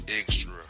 extra